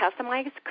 customized